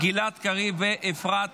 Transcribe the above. גלעד קריב ואפרת